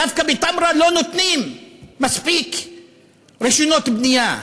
דווקא בתמרה לא נותנים מספיק רישיונות בנייה.